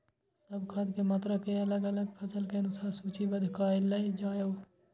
सब खाद के मात्रा के अलग अलग फसल के अनुसार सूचीबद्ध कायल जाओ?